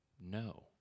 No